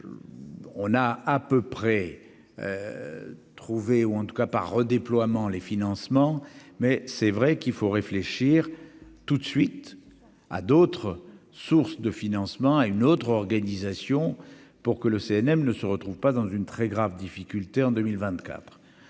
je on a à peu près trouvé ou en tout cas par redéploiement, les financements, mais c'est vrai qu'il faut réfléchir tout de suite à d'autres sources de financement à une autre organisation pour que le CNM ne se retrouvent pas dans une très grave difficulté en 2024